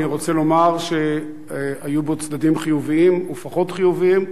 אני רוצה לומר שהיו בו צדדים חיוביים ופחות חיוביים.